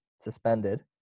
suspended